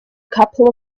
couple